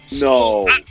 No